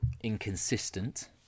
inconsistent